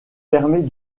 permet